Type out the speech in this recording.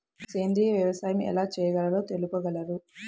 సేంద్రీయ వ్యవసాయం ఎలా చేయాలో తెలుపగలరు?